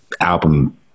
album